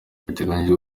biteganyijwe